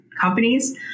companies